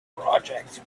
project